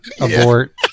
Abort